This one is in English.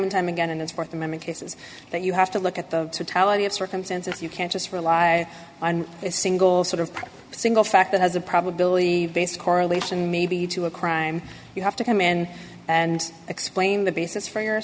and time again in this th amendment cases that you have to look at the totality of circumstances you can't just rely on a single sort of single fact that has a probability based correlation maybe to a crime you have to come in and explain the basis for your